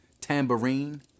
tambourine